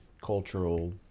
cultural